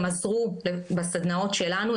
הם עזרו בסדנאות שלנו,